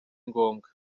ngombwa